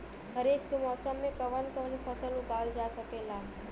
खरीफ के मौसम मे कवन कवन फसल उगावल जा सकेला?